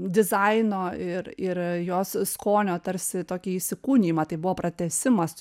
dizaino ir ir jos skonio tarsi tokį įsikūnijimą tai buvo pratęsimas